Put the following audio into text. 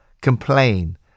complain